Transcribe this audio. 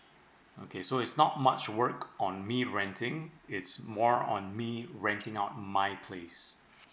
okay so it's not much work on me renting it's more on me renting out my place